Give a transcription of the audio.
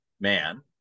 man